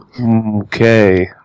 Okay